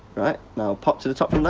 right. now pop to the top from there.